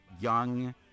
young